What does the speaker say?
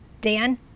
Dan